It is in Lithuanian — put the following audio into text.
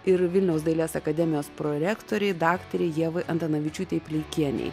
ir vilniaus dailės akademijos prorektorei daktarei ievai antanavičiūtei pleikienei